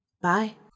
Bye